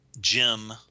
Jim